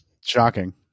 Shocking